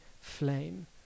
flame